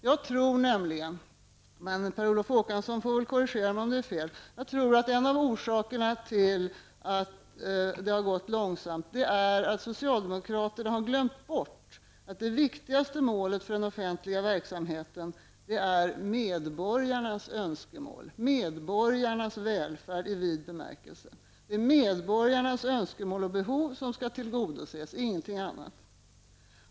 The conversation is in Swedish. Jag tror nämligen -- men PerOlof Håkansson får väl korrigera mig om jag har fel -- att en av orsakerna till att det har gått långsamt är att socialdemokraterna har glömt bort att det viktigaste målet för den offentliga verksamheten är medborgarnas önskemål och medborgarnas välfärd i vid bemärkelse. Det är medborgarnas önskemål och behov som skall tillgodoses, ingenting annat.